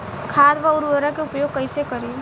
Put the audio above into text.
खाद व उर्वरक के उपयोग कईसे करी?